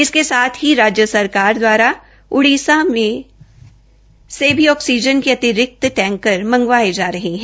इसके साथ ही राज्य सरकार दवारा उड़ीसा से भी ऑक्सीजन के अतिरिक्त टैंकर मंगवाए जा रहे हैं